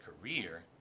career